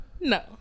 No